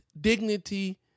dignity